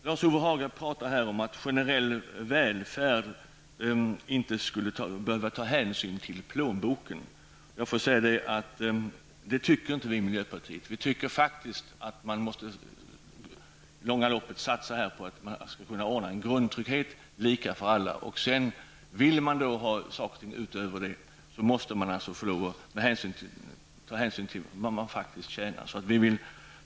Lars-Ove Hagberg talade om att man inte skulle behöva ta hänsyn till plånboken för att uppnå generell välfärd. Så ser inte vi i miljöpartiet på saken. Vi anser att man i det långa loppet måste skapa grundtrygghet, lika för alla. Vill människor sedan ha någonting utöver detta, måste de ta hänsyn till vad de faktiskt tjänar.